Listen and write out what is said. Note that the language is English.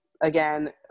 again